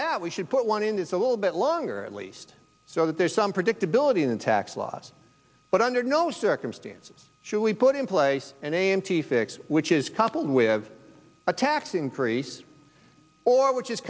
that we should put one in it's a little bit longer at least so that there's some predictability in tax laws but under no circumstances should we put in place and a m t fix which is coupled with a tax increase or which is